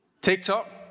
TikTok